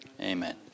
Amen